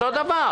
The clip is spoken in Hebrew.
אותו דבר.